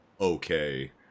okay